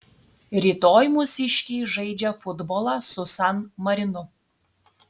rytoj mūsiškiai žaidžia futbolą su san marinu